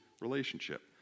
relationship